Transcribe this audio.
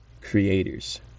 creators